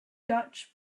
dutch